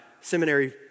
seminary